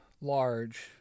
large